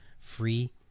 free